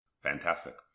Fantastic